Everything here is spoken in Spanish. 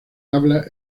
habla